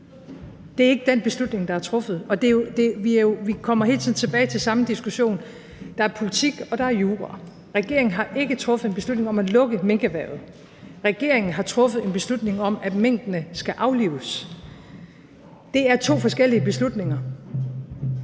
Det er ikke den beslutning, der er truffet. Og vi kommer hele tiden tilbage til samme diskussion. Der er politik, og der er jura. Regeringen har ikke truffet en beslutning om at lukke minkerhvervet. Regeringen har truffet en beslutning om, at minkene skal aflives. Det er to forskellige beslutninger.